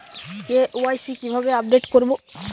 KYC কিভাবে update করব?